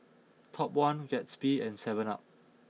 Top One Gatsby and seven up